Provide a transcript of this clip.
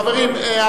חברים,